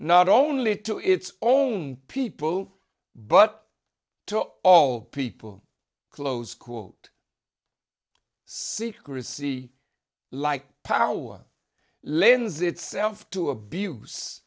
not only to its own people but to all people close quote secrecy like power lends itself to abuse